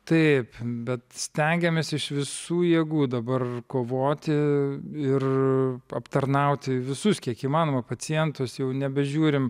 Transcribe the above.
taip bet stengiamės iš visų jėgų dabar kovoti ir aptarnauti visus kiek įmanoma pacientus jau nebežiūrim